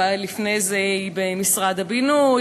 ולפני זה היא הייתה במשרד הבינוי,